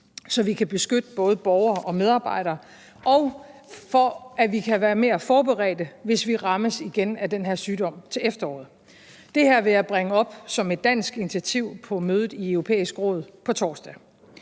så vi kan beskytte både borgere og medarbejdere, og så vi kan være bedre forberedt, hvis vi rammes igen af den her sygdom til efteråret. Det her vil jeg bringe op som et dansk initiativ på mødet i Det Europæiske Råd på torsdag.